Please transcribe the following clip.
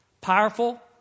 Powerful